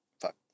Fuck